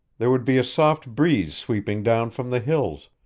there would be a soft breeze sweeping down from the hills,